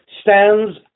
stands